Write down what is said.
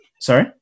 Sorry